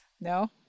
no